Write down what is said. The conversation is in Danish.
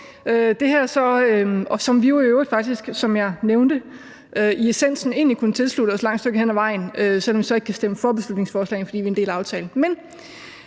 faktisk nævnte, i essensen egentlig kunne tilslutte os et langt stykke hen ad vejen, selv om vi så ikke ville kunne stemme for beslutningsforslaget, fordi vi er en del af aftalen.